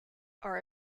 are